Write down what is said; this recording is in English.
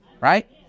Right